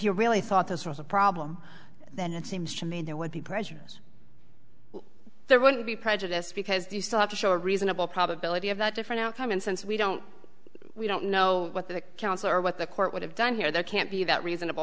you really thought this was a problem then it seems to me there would be pressures there won't be prejudice because you still have to show a reasonable probability of that different outcome and since we don't we don't know what the council or what the court would have done here there can't be that reasonable